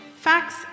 Facts